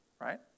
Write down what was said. right